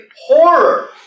horror